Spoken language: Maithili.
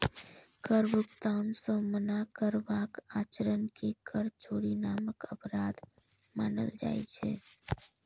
कर भुगतान सं मना करबाक आचरण कें कर चोरी नामक अपराध मानल जाइ छै